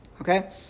Okay